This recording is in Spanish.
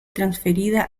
transferida